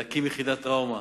להקים יחידת טראומה,